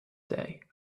day